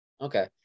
Okay